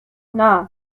nah